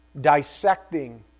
dissecting